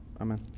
Amen